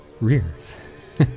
rears